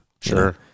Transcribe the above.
Sure